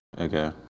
Okay